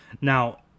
Now